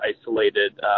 isolated